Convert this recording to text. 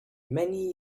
many